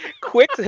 quick